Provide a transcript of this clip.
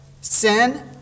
sin